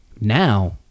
Now